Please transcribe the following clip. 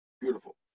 Beautiful